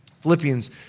Philippians